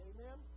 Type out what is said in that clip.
Amen